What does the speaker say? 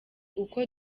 uko